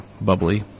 bubbly